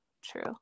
True